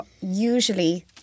usually